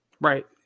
right